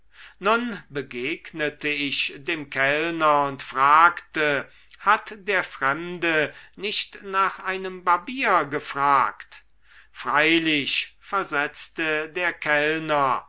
nun begegnete ich dem kellner und fragte hat der fremde nicht nach einem barbier gefragt freilich versetzte der kellner